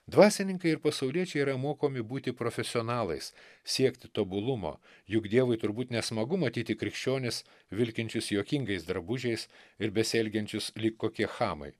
dvasininkai ir pasauliečiai yra mokomi būti profesionalais siekti tobulumo juk dievui turbūt nesmagu matyti krikščionis vilkinčius juokingais drabužiais ir besielgiančius lyg kokie chamai